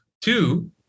Two